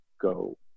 go